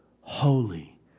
holy